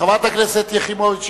חברת הכנסת יחימוביץ,